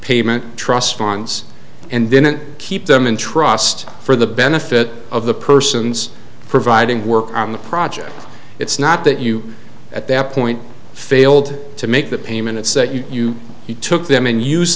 payment trust funds and then keep them in trust for the benefit of the persons providing work on the project it's not that you at that point failed to make the payment it's that you he took them and use